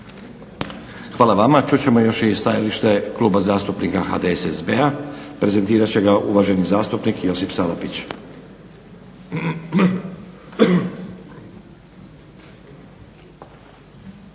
Hvala vama. Čut ćemo još i stajalište Kluba zastupnika HDSSB-a. Prezentirat će ga uvaženi zastupnik Josip Salapić.